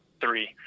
three